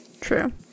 true